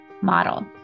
Model